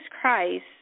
Christ